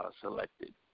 selected